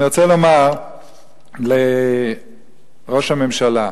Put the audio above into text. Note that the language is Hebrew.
אני רוצה לומר לראש הממשלה,